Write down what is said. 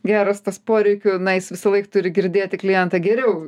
geras tas poreikių na jis visąlaik turi girdėti klientą geriau